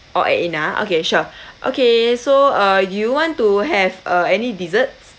all add in ah okay sure okay so uh you want to have uh any desserts